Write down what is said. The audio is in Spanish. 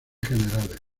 generales